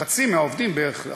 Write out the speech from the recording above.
חצי מהעובדים בערך.